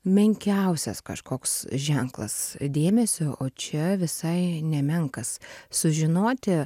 menkiausias kažkoks ženklas dėmesio o čia visai nemenkas sužinoti